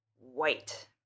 white